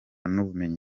n’ubumenyi